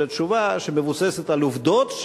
אלא תשובה שמבוססת על עובדות,